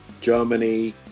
Germany